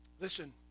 listen